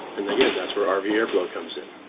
and again, that's where um rv airflow comes in.